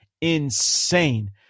insane